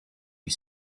you